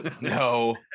No